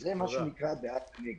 זה מה שנקרא בעד הנגד.